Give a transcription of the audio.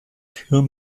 hirn